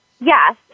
yes